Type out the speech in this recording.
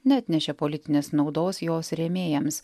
neatnešė politinės naudos jos rėmėjams